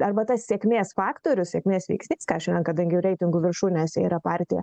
arba tas sėkmės faktorius sėkmės veiksnys ką šiandien kadangi reitingų viršūnėse yra partija